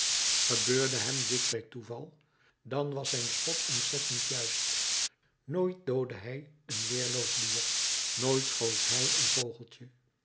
gebeurde hem dit bij toeval dan was zijn schot ontzettend juist nooit doodde hij een weerloos dier nooit schoot hij een vogeltje